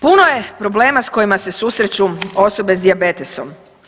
Puno je problema sa kojima se susreću osobe sa dijabetesom.